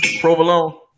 provolone